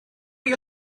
chi